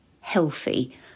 healthy